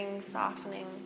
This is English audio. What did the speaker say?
softening